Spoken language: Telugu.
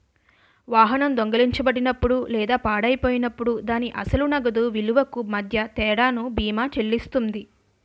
వాహనం దొంగిలించబడినప్పుడు లేదా పాడైపోయినప్పుడు దాని అసలు నగదు విలువకు మధ్య తేడాను బీమా చెల్లిస్తుంది